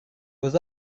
was